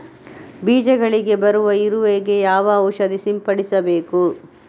ಬೀಜಗಳಿಗೆ ಬರುವ ಇರುವೆ ಗೆ ಯಾವ ಔಷಧ ಸಿಂಪಡಿಸಬೇಕು?